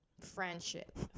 Friendship